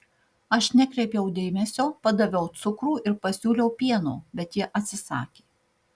aš nekreipiau dėmesio padaviau cukrų ir pasiūliau pieno bet ji atsisakė